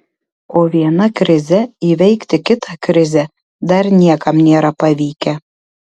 o viena krize įveikti kitą krizę dar niekam nėra pavykę